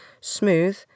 smooth